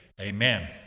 Amen